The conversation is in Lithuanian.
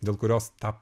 dėl kurios tą